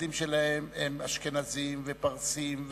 הנכדים שלהם הם אשכנזים, ופרסים,